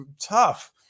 tough